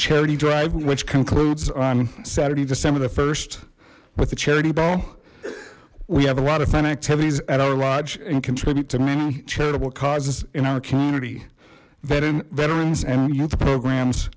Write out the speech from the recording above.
charity drive which concludes on saturday december the st with the charity ball we have a lot of fun activities at our lodge and contribute to many charitable causes in our community veterans and youth programs